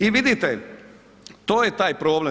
I vidite, to je taj problem.